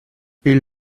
ils